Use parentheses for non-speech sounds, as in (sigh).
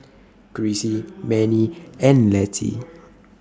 (noise) Crissy Mannie and Mettie